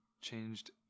changed